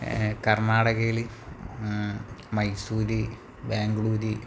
കർണാടകയില് Mysore Bangalore